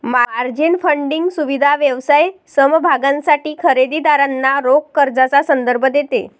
margin funding सुविधा व्यवसाय समभागांसाठी खरेदी दारांना रोख कर्जाचा संदर्भ देते